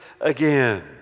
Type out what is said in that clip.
again